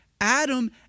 Adam